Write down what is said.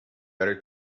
better